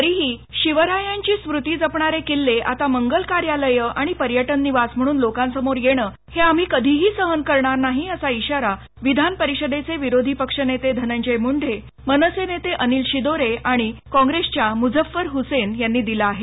तरीही शिवरायांची स्मृती जपणारे किल्ले आता मंगल कार्यालयं आणि पर्यटन निवास म्हणून लोकांसमोर येणं हे आम्ही कधीही सहन करणार नाही असा इशारा विधानपरिषदेचे विरोधी पक्ष नेते धनंजय मुंढे मनसे नेते अनिल शिदोरे आणि कॉप्रेसच्या मुझफ्फर हुसेन यांनी दिला आहे